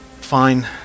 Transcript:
Fine